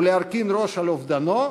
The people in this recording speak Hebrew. ולהרכין ראש על אובדנו,